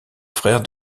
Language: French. frère